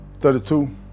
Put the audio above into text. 32